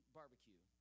barbecue